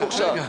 מוכש"ר.